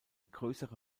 größere